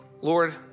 Lord